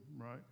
right